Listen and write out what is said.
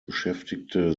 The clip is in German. beschäftigte